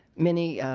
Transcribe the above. many